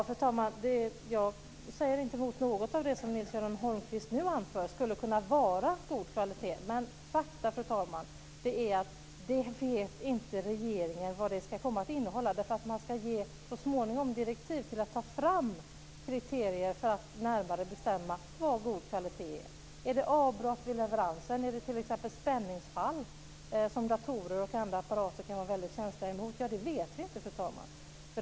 Fru talman! Jag säger inte emot att något av det som Nils-Göran Holmqvist nu anför skulle kunna vara god kvalitet. Men fakta är, fru talman, att regeringen inte vet vad det ska komma att innehålla. Man ska så småningom ge direktiv till att ta fram kriterierna för att närmare bestämma vad god kvalitet är. spänningsfall som datorer och andra apparater kan vara väldigt känsliga för? Det vet vi inte, fru talman.